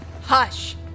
Hush